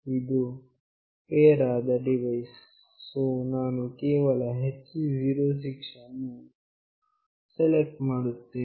ಇದು ಪೇರ್ ಆದ device so ನಾನು ಕೇವಲ HC 06 ಅನ್ನು ಸೆಲೆಕ್ಟ್ ಮಾಡುತ್ತೇನೆ